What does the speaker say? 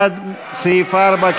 אנחנו עוברים להסתייגות שמספרה 13,